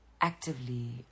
actively